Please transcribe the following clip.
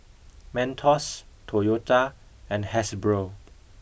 Mentos Toyota and Hasbro